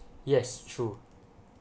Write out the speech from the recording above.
yes true